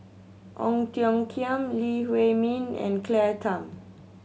Ong Tiong Khiam Lee Huei Min and Claire Tham